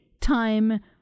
time